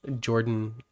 Jordan